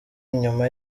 inyuma